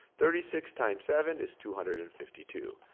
thirty six times seven is two hundred and fifty two.